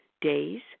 Days